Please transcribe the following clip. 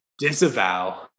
Disavow